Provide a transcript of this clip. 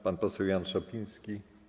Pan poseł Jan Szopiński.